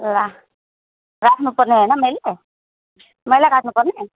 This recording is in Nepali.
ल राख्नुपर्ने होइन मैले मैले काट्नुपर्ने